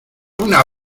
una